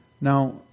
Now